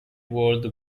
world